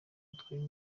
witwaye